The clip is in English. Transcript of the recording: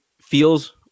feels